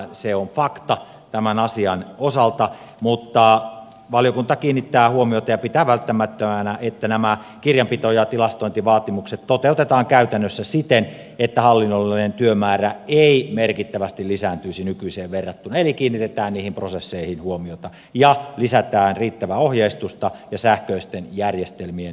se on fakta tämän asian osalta mutta valiokunta kiinnittää huomiota ja pitää välttämättömänä että nämä kirjanpito ja tilastointivaatimukset toteutetaan käytännössä siten että hallinnollinen työmäärä ei merkittävästi lisääntyisi nykyiseen verrattuna eli kiinnitetään niihin prosesseihin huomiota ja lisätään riittävää ohjeistusta ja sähköisten järjestelmien hyväksikäyttöä